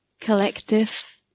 collective